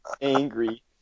angry